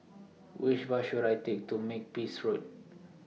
Which Bus should I Take to Makepeace Road